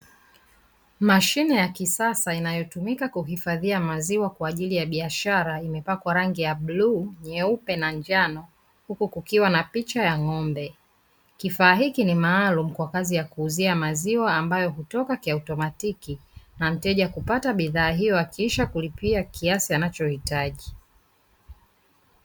Mashine ya kisasa inayotumika kuhifadhia maziwa kwa ajili ya biashara imepakwa rangi ya bluu, nyeupe na njano huku kukiwa na picha ya ng'ombe. Kifaa hiki ni maalumu kwa kazi ya kuuzia maziwa ambayo hutoka kiautomatiki na mteja kupata bidhaa hiyo akiisha kulipia kiasi anachohitaji.